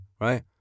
Right